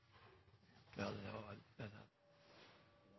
vil ha